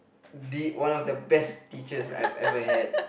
the one of the best teachers I've ever had